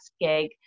gig